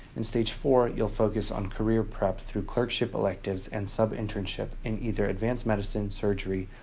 in stage four, you'll focus on career prep through clerkship electives and sub-internship in either advanced medicine, surgery,